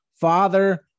father